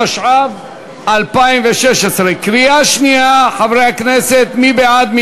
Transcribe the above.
התשע"ו 2016, קריאה שנייה, חברי הכנסת, מי בעד?